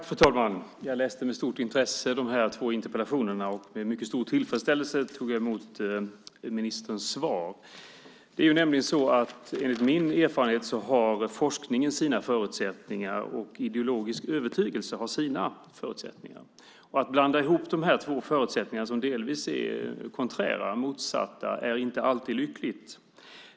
Fru talman! Jag läste de här två interpellationerna med stort intresse, och med stor tillfredsställelse tog jag emot ministerns svar. Enligt min erfarenhet har forskningen sina förutsättningar och ideologisk övertygelse sina. Att blanda ihop dessa förutsättningar, som delvis är konträra, motsatta, är inte alltid lyckligt.